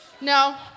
no